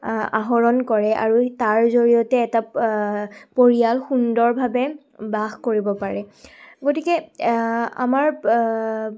আহৰণ কৰে আৰু তাৰ জৰিয়তে এটা পৰিয়াল সুন্দৰভাৱে বাস কৰিব পাৰে গতিকে আমাৰ